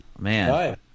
man